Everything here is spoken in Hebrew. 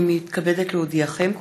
הינני מתכבדת להודיעכם,